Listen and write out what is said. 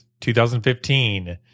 2015